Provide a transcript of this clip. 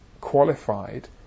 qualified